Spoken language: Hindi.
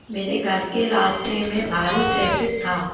मेरे घर के रास्ते में भारी ट्रैफ़िक था